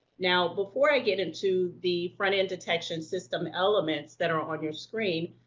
now, before i get into the front-end detection system elements that are on your screen,